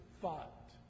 thought